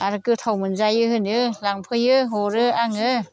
आरो गोथाव मोनजायो होनो लांफैयो हरो आङो